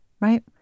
right